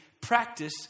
practice